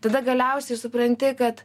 tada galiausiai supranti kad